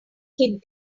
kid